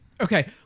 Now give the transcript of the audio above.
Okay